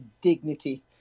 dignity